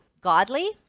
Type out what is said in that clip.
godly